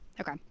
Okay